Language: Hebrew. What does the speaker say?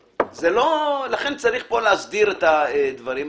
לכן צריך פה להסדיר את הדברים.